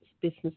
business